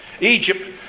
Egypt